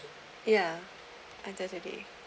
ya and definitely